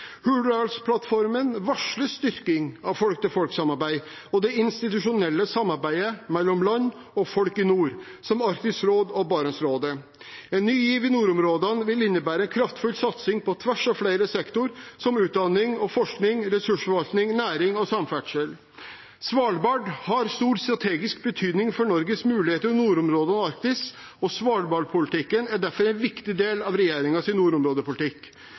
varsler styrking av folk-til-folk-samarbeid, og det institusjonelle samarbeidet mellom land og folk i nord, som Arktisk råd og Barentsrådet. En ny giv i nordområdene vil innebære kraftfull satsing på tvers av flere sektorer, som utdanning og forskning, ressursforvaltning, næring og samferdsel. Svalbard har stor strategisk betydning for Norges muligheter i nordområdene og Arktis, og svalbardpolitikken er derfor en viktig del av regjeringens nordområdepolitikk.